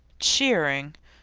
cheering!